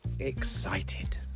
excited